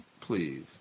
please